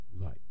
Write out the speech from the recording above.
light